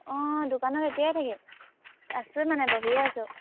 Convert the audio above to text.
অঁ দোকানত এতিয়াই থাকিম আছোঁ মানে বহিয়ে আছোঁ